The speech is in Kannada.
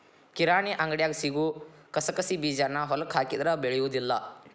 ಕಿರಾಣಿ ಅಂಗಡ್ಯಾಗ ಸಿಗು ಕಸಕಸಿಬೇಜಾನ ಹೊಲಕ್ಕ ಹಾಕಿದ್ರ ಬೆಳಿಯುದಿಲ್ಲಾ